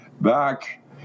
back